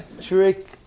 trick